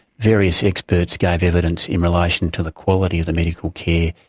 various experts gave evidence in relation to the quality of the medical care.